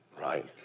right